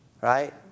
Right